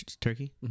Turkey